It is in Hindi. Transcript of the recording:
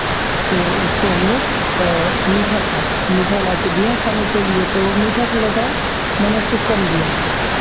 तो उसको हम लोग मीठा था मीठा लाके दिया खाने के लिए तो वो मीठा थोड़ा सा मैंने उसको कम दिया